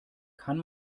kann